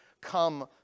come